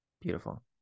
Beautiful